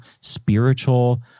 spiritual